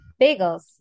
Bagels